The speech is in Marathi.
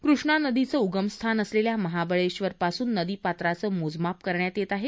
कृष्णा नदीचे उगमस्थान असलेल्या महाबळेश्वर पासून नदी पात्राचं मोजमाप करण्यात येत आहे